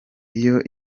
iyo